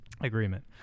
agreement